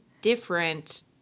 different